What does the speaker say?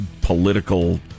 political